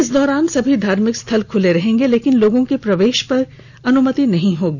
इस दौरान सभी धार्मिक स्थल खुलेंगे लेकिन लोगों के प्रवेश पर अनुमति नहीं होगी